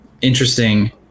interesting